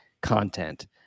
content